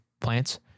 Plants